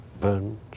burned